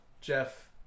Jeff